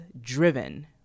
driven